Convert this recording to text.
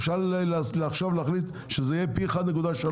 אפשר עכשיו להחליט שזה יהיה פי 1.3?